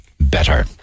better